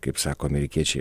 kaip sako amerikiečiai